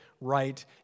right